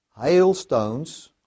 hailstones